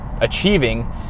achieving